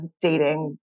dating